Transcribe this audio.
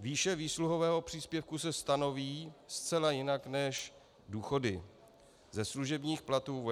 Výše výsluhového příspěvku se stanoví zcela jinak než důchody ze služebních platů